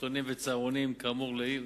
משפחתונים וצהרונים כאמור לעיל.